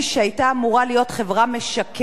שהיתה אמורה להיות חברה משכנת,